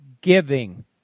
giving